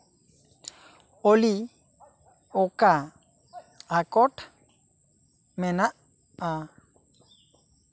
ᱚᱞᱤ ᱚᱠᱟ ᱟᱠᱚᱴ ᱢᱮᱱᱟᱜᱼᱟ